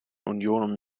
union